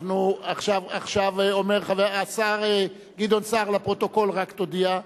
השר גדעון סער, לפרוטוקול רק תודיע.